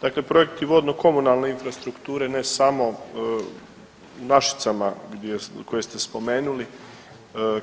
Dakle, projekti vodno komunalne infrastrukture ne samo u Našicama koje ste spomenuli